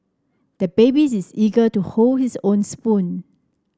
the baby is eager to hold his own spoon